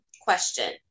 question